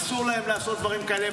אסור להם לעשות דברים כאלה.